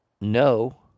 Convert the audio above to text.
no